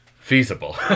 feasible